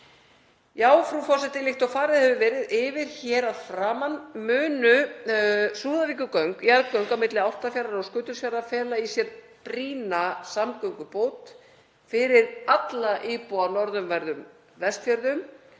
Já, frú forseti, líkt og farið hefur verið yfir hér að framan munu Súðavíkurgöng, jarðgöng á milli Álftafjarðar og Skutulsfjarðar, fela í sér brýna samgöngubót fyrir alla íbúa á norðanverðum Vestfjörðum,